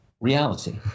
reality